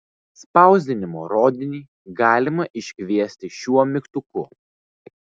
spausdinimo rodinį galima iškviesti šiuo mygtuku